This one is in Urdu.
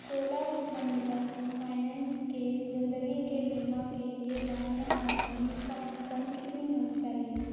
چولا منڈلم فائنانس کے زندگی کے بیمہ کے لیے ماہانہ آمدنی کم از کم کتنی ہونی چاہیے